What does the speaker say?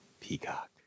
Peacock